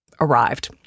arrived